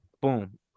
Boom